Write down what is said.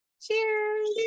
Cheers